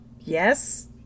Yes